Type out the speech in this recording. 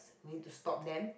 mean to stop them